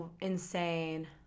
insane